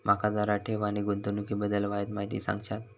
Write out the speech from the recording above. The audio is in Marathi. माका जरा ठेव आणि गुंतवणूकी बद्दल वायचं माहिती सांगशात?